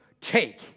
take